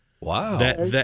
Wow